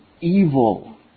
evil